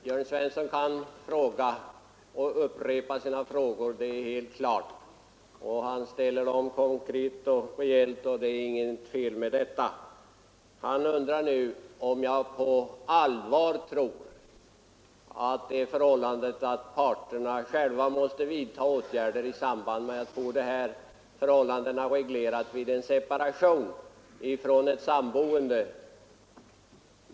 Herr talman! Det är helt klart att herr Jörn Svensson kan ställa frågor och upprepa dem. Han ställer dem konkret och rejält. Det är inget fel med detta. Han undrar nu om jag på allvar tror att det har någon betydelse att parterna själva måste vidta åtgärder för att få förhållandena reglerade vid en separation från ett samboende.